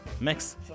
mix